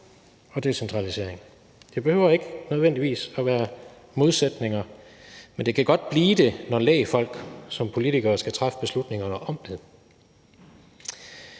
og decentralisering. Det behøver ikke nødvendigvis at være modsætninger, men det kan godt blive det, når lægfolk som politikere skal træffe beslutningerne om det.